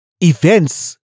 events